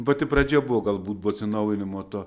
pati pradžia buvo galbūt po atsinaujinimo to